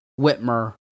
Whitmer